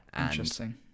interesting